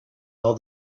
all